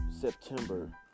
September